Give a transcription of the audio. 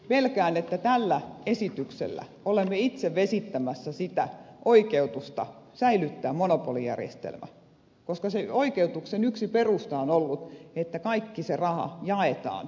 pelkään että tällä esityksellä olemme itse vesittämässä oikeutusta säilyttää monopolijärjestelmä koska sen oikeutuksen yksi perusta on ollut että kaikki se raha jaetaan yleishyödylliseen tarkoitukseen